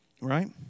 Right